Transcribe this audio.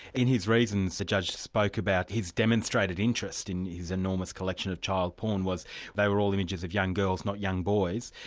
in his reasons, the judge spoke about his demonstrated interest in his enormous collection of child porn was they were all images of young girls, not young boys.